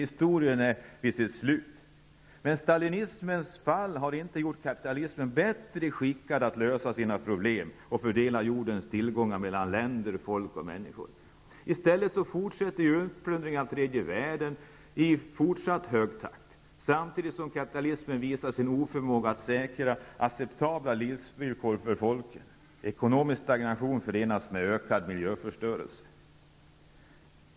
Historien var vid sitt slut. Men stalinismens fall har inte gjort kapitalismen bättre skickad att lösa sina problem med att fördela jordens tillgångar mellan länder och folk. I stället fortsätter utplundringen av tredje världen i fortsatt hög takt, samtidigt som kapitalismen visar sin oförmåga att säkra acceptabla livsvillkor för folken. Ekonomisk stagnation förenas med ökad miljöförstörelse.